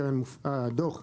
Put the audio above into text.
הדוח מופץ,